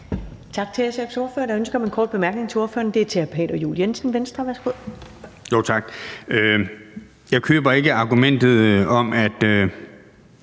Tak. Jeg køber ikke argumentet om, at